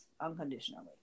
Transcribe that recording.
unconditionally